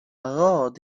rod